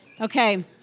Okay